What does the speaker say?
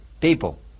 people